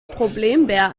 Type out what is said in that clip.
problembär